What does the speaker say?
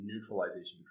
neutralization